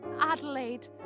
Adelaide